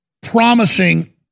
promising